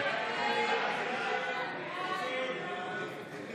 הסתייגות 20 לחלופין לא